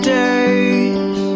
days